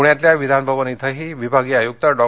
पुण्यातल्या विधानभवन इथंही विभागीय आयुक्त डॉ